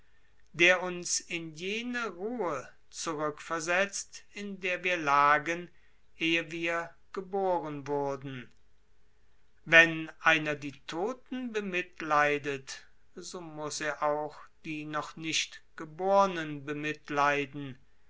der uns in jene ruhe zurückversetzt in der wir lagen ehe wir geboren wurden wenn einer die todten bemitleidet so muß er auch die noch nicht gebornen bemitleiden